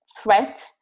threat